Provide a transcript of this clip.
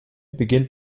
beginnt